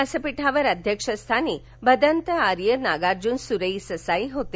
व्यासपीठावर अध्यक्षस्थानी भदंत आर्य नागार्जुन सुरेई ससाई होते